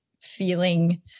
feeling